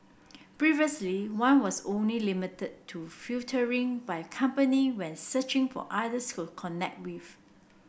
previously one was only limited to filtering by company when searching for others go connect with